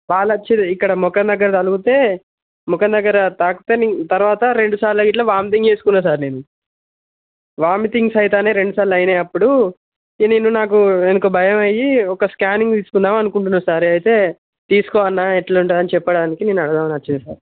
ball వచ్చి ఇక్కడ మొఖం దగ్గర తగిలితే మొఖం దగ్గర తాకుతేని తరవాత రెండు సార్లు గిట్ల వాంతింగ్ చేసుకున్న సార్ నేను వామితింగ్స్ అయితనే రెండుసార్లు అయినాయి అప్పుడు నేను నాకు ఎనకు భయమయ్యి ఒక స్కానింగ్ తీసుకుందాం అనుకుంటున్నా సార్ అయితే తీసుకో అన్నా ఎట్లా ఉంటుందని చెప్పడానికి నిన్ను అడగదామని వచ్చిన సార్